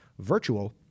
virtual